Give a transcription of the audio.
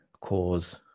cause